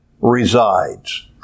resides